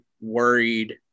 worried